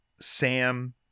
Sam